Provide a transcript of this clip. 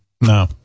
No